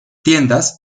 tiendas